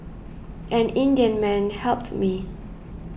an Indian man helped me